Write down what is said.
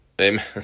Amen